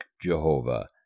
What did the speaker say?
Jehovah